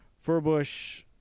Furbush